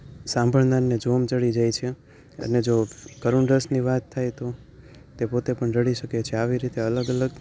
સાંભળનારને જોમ ચઢી જાય છે અને જો કરુણરસની વાત થાય તો તે પોતે પણ રડી શકે છે આવી રીતે અલગ અલગ